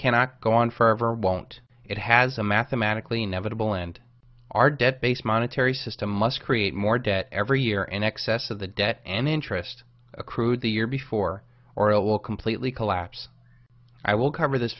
cannot go on forever won't it has a mathematically inevitable and our debt based monetary system must create more debt every year in excess of the debt and interest accrued the year before or it will completely collapse i will cover this